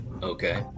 Okay